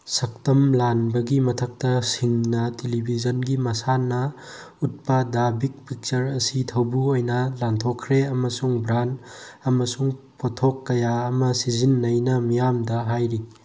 ꯁꯛꯇꯝ ꯂꯥꯡꯕꯒꯤ ꯃꯊꯛꯇ ꯁꯤꯡꯅ ꯇꯦꯂꯤꯕꯤꯖꯟꯒꯤ ꯃꯁꯥꯟꯅ ꯎꯠꯄ ꯗꯥ ꯕꯤꯛ ꯄꯤꯛꯆꯔ ꯑꯁꯤ ꯊꯧꯕꯨ ꯑꯣꯏꯅ ꯂꯥꯟꯊꯣꯛꯈ꯭ꯔꯦ ꯑꯃꯁꯨꯡ ꯕ꯭ꯔꯥꯟ ꯑꯃꯁꯨꯡ ꯄꯣꯠꯊꯣꯛ ꯀꯌꯥ ꯑꯃ ꯁꯤꯖꯤꯟꯅꯩꯅ ꯃꯤꯌꯥꯝꯗ ꯍꯥꯏꯔꯤ